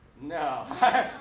No